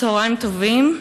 צהריים טובים.